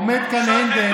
עומד כאן הנדל,